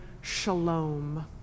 shalom